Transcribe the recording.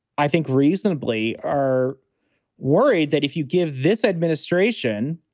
i think reasonably are worried that if you give this administration,